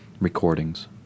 recordings